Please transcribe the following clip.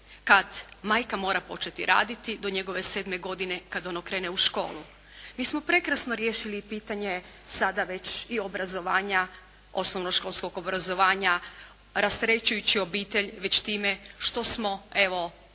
kad majka mora početi raditi do njegove sedme godine kad ono krene u školu? Mi smo prekrasno riješili pitanje sada već i obrazovanja, osnovnoškolskog obrazovanja rasterećujući obitelj već time što smo evo